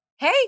Hey